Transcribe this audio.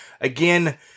Again